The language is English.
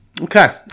Okay